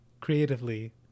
creatively